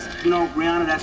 you know, rihanna,